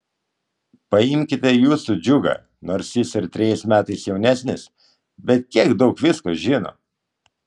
paimkite jūsų džiugą nors jis ir trejais metais jaunesnis bet kiek daug visko žino